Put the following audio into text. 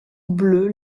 bleu